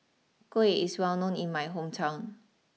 Kuih is well known in my hometown